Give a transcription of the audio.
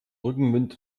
rückenwind